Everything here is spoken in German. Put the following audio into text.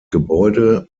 gebäude